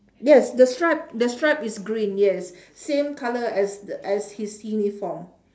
yes the stripe the stripe is green yes same colour as t~ as his uniform